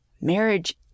marriage